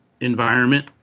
environment